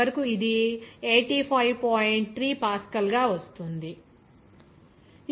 3 pascal గా వస్తుంది